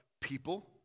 people